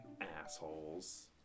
assholes